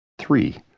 Three